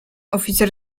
oficer